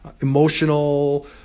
emotional